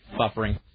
Buffering